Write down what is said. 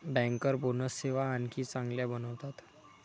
banker bonus सेवा आणखी चांगल्या बनवतात